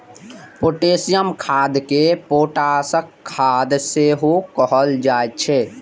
potassium खाद कें potash खाद सेहो कहल जाइ छै